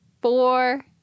Four